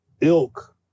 ilk